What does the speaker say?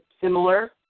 Similar